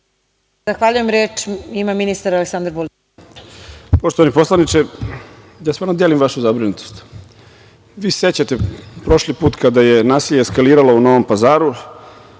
Zahvaljujem. Reč ima ministar Aleksandar Vulin.